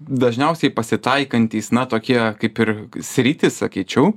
dažniausiai pasitaikantys na tokie kaip ir sritys sakyčiau